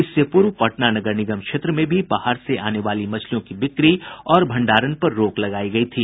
इससे पूर्व पटना नगर निगम क्षेत्र में भी बाहर से आने वाली मछलियों की बिक्री और भंडारण पर रोक लगायी गयी थी